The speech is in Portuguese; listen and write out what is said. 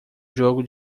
jogo